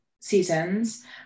seasons